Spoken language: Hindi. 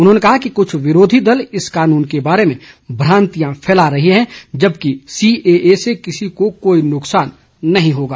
उन्होंने कहा कि कुछ विरोधी दल इस कानून के बारे में भ्रांतियां फैला रहे हैं जबकि सीएए से किसी को कोई नुकसान नहीं होगा